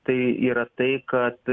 tai yra tai kad